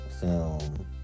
film